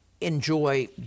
enjoy